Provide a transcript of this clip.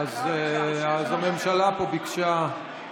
אז הממשלה פה ביקשה.